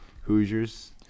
Hoosiers